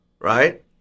right